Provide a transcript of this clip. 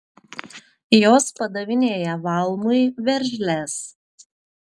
jos padavinėja valmui veržles